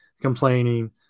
complaining